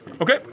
Okay